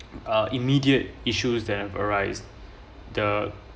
a immediate issues that arise the